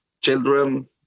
children